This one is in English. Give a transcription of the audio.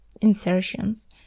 insertions